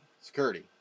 security